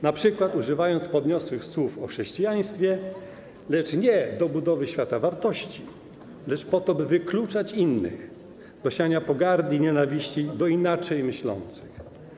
Na przykład używając podniosłych słów o chrześcijaństwie, lecz nie do budowy świata wartości, lecz po to, by wykluczać innych, do siania pogardy i nienawiści do inaczej myślących.